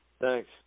Thanks